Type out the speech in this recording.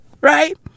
right